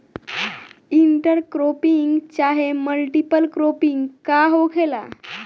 Inter cropping चाहे multiple cropping का होखेला?